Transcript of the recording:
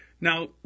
now